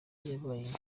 yabaye